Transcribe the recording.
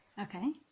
Okay